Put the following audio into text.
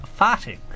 farting